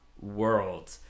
world